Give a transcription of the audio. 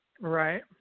right